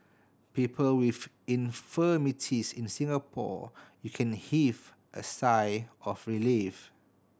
people with infirmities in Singapore you can heave a sigh of relief